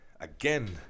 again